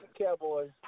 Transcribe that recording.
Cowboys